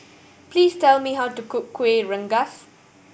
please tell me how to cook Kueh Rengas